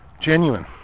genuine